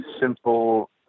simple